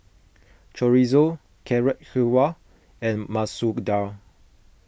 Chorizo Carrot Halwa and Masoor Dal